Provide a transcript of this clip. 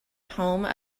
home